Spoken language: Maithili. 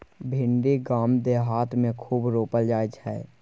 भिंडी गाम देहात मे खूब रोपल जाई छै